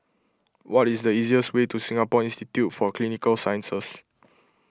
what is the easiest way to Singapore Institute for Clinical Sciences